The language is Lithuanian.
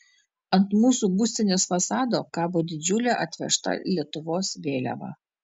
ant mūsų būstinės fasado kabo didžiulė atvežta lietuvos vėliava